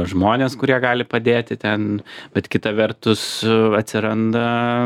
žmones kurie gali padėti ten bet kita vertus atsiranda